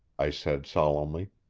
i said solemnly.